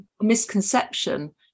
misconception